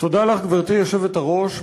היושבת-ראש,